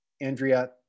Andrea